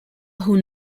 who